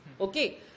Okay